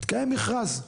התקיים מכרז.